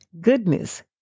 goodness